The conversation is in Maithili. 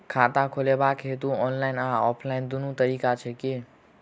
खाता खोलेबाक हेतु ऑनलाइन आ ऑफलाइन दुनू तरीका छै की?